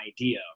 idea